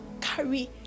carry